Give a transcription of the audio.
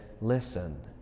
listen